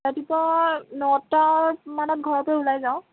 ৰাতিপুৱা নটামানত ঘৰৰ পৰা ওলাই যাওঁ